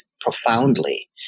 profoundly